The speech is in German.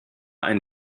ein